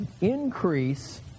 increase